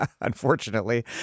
unfortunately